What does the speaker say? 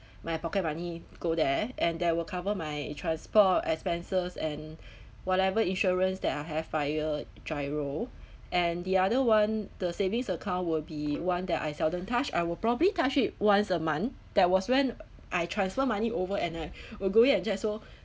my pocket money go there and that will cover my transport expenses and whatever insurance that I have via giro and the other [one] the savings account will be [one] that I seldom touch I will probably touch it once a month that was when I transfer money over and I will go in and just so